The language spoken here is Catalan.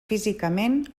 físicament